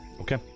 Okay